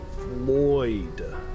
Floyd